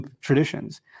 traditions